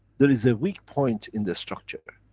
there is a weak point in the structure.